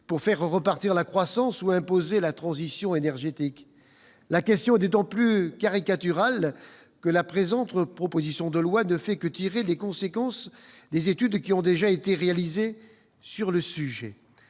pour faire repartir la croissance ou imposer la transition énergétique ? La question est d'autant plus caricaturale que la présente proposition de loi ne fait que tirer les conséquences des études qui ont déjà été réalisées sur le sujet.